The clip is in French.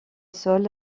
sol